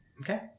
Okay